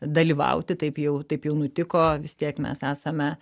dalyvauti taip jau taip jau nutiko vis tiek mes esame